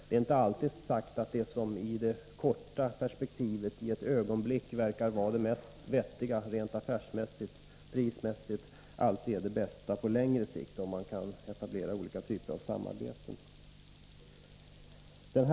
Det är inte alltid så att det som i det korta perspektivet verkar vara det affärsmässigt och prismässigt mest vettiga är det bästa på längre sikt.